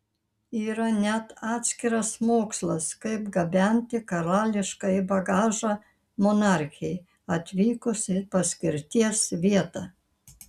yra net atskiras mokslas kaip gabenti karališkąjį bagažą monarchei atvykus į paskirties vietą